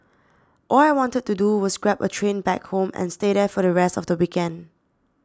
all I wanted to do was grab a train back home and stay there for the rest of the weekend